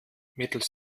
mittels